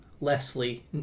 Leslie